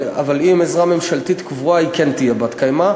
אבל עם עזרה ממשלתית קבועה היא כן תהיה בת-קיימא,